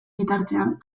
bitartean